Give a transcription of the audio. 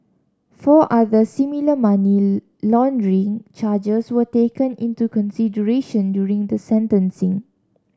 four other similar money laundering charges were taken into consideration during the sentencing